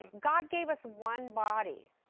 god gave us one body.